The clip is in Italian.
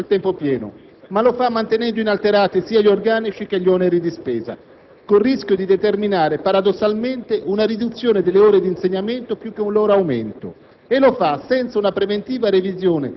Tale provvedimento, all'articolo 1, reintroduce il tempo pieno ma lo fa mantenendo inalterati sia gli organici che gli oneri di spesa, con il rischio di determinare paradossalmente una riduzione delle ore di insegnamento più che un loro aumento.